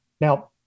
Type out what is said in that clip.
Now